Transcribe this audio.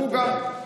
אל תדאג.